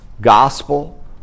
gospel